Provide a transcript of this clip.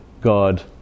god